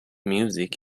music